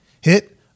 hit